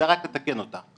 זה רק לתקן אותך.